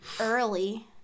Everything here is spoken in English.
early